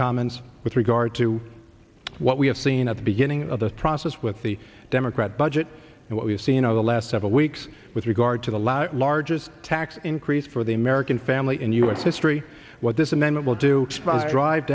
comments with regard to what we have seen at the beginning of this process with the democrat budget and what we've seen over the last several weeks with regard to the last largest tax increase for the american family in u s history what this amendment will do drive